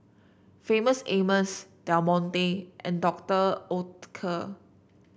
Famous Amos Del Monte and Doctor Oetker